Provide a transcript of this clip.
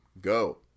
go